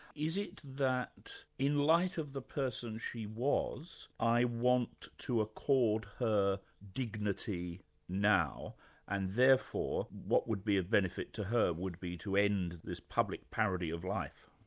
is it that in the life of the person she was i want to accord her dignity now and therefore what would be of benefit to her would be to end this public parody of life.